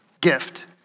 gift